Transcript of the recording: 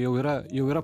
jau yra jau yra